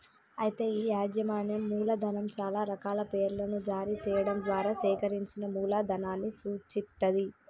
అయితే ఈ యాజమాన్యం మూలధనం చాలా రకాల పేర్లను జారీ చేయడం ద్వారా సేకరించిన మూలధనాన్ని సూచిత్తది